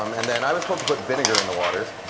um and then i was told to put vinegar in the water,